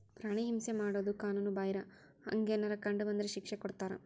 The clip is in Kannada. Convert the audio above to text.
ಪ್ರಾಣಿ ಹಿಂಸೆ ಮಾಡುದು ಕಾನುನು ಬಾಹಿರ, ಹಂಗೆನರ ಕಂಡ ಬಂದ್ರ ಶಿಕ್ಷೆ ಕೊಡ್ತಾರ